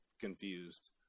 confused